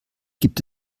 gibt